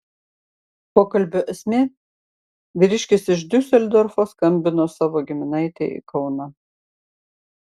pokalbio esmė vyriškis iš diuseldorfo skambino savo giminaitei į kauną